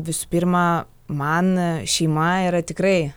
visų pirma man šeima yra tikrai